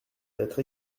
d’être